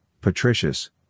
Patricius